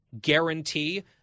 guarantee